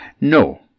No